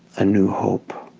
a new hope